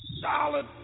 solid